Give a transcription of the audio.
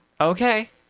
Okay